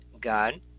God